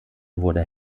wurde